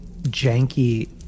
janky